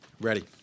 ready